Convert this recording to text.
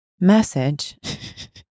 message